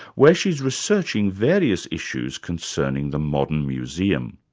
where she is researching various issues concerning the modern museum.